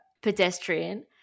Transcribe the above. Pedestrian